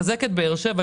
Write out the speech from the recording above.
לחזק את באר שבע,